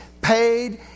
paid